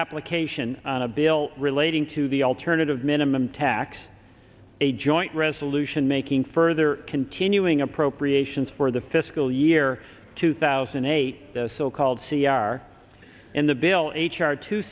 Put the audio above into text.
application on a bill relating to the alternative minimum tax a joint resolution making further continuing appropriations for the fiscal year two thousand and eight the so called c r in the bill h r two